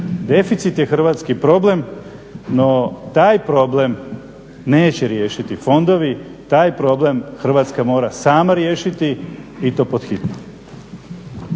Deficit je hrvatski problem. No, taj problem neće riješiti fondovi, taj problem Hrvatska mora sama riješiti i to pod hitno.